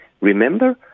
Remember